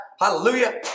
Hallelujah